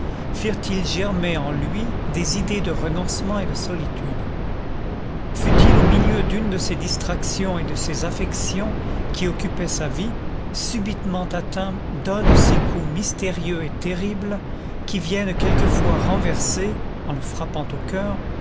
firent-ils germer en lui des idées de renoncement et de solitude fut-il au milieu d'une de ces distractions et de ces affections qui occupaient sa vie subitement atteint d'un de ces coups mystérieux et terribles qui viennent quelquefois renverser en le frappant au coeur